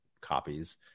copies